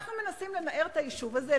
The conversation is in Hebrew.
אנחנו מנסים לנער את היישוב הזה,